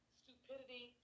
stupidity